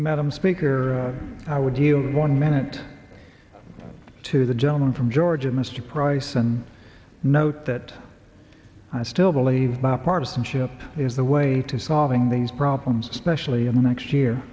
madam speaker i would you one minute to the gentleman from georgia mr price and note that i still believe bipartisanship is the way to solving these problems especially in the next year